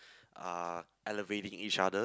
uh elevating each other